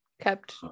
kept